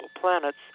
planets